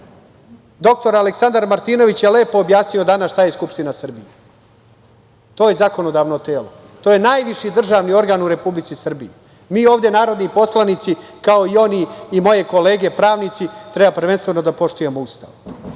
Aleksandar Martinović je lepo objasnio danas šta je Skupština Srbije. To je zakonodavno telo, to je najviši državni organ u Republici Srbiji. Mi ovde narodni poslanici, kao oni, moje kolege pravnici treba prvenstveno da poštujemo Ustav,